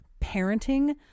parenting